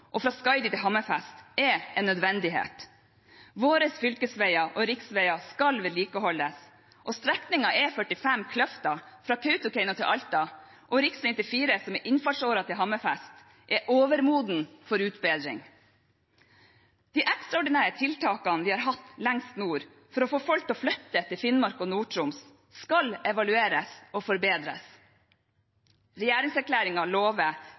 Hammerfest er en nødvendighet. Våre fylkesveier og riksveier skal vedlikeholdes, og strekningene E45 Kløfta fra Kautokeino til Alta og rv. 94, som er innfartsåren til Hammerfest, er overmodne for utbedring. De ekstraordinære tiltakene vi har hatt lengst nord for å få folk til å flytte til Finnmark og Nord-Troms, skal evalueres og forbedres. Regjeringserklæringen lover